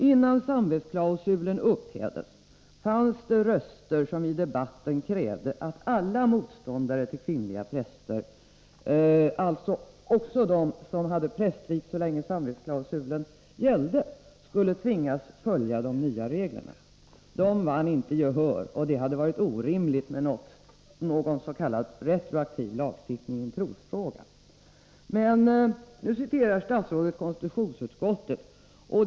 Innan samvetsklausulen upphävdes fanns det röster som i debatten krävde att alla motståndare till kvinnliga präster, alltså också de som hade prästvigts så länge samvetsklausulen gällde, skulle tvingas följa de nya reglerna. De vann inte gehör, och det hade varit orimligt med något som liknat retroaktiv lagstiftning i en trosfråga. Statsrådet återger vad konstitutionsutskottet har sagt.